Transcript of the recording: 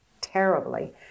terribly